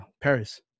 Paris